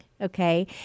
okay